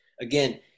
again